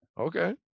Okay